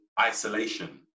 isolation